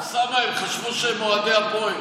אוסאמה, הם חשבו שהם אוהדי הפועל.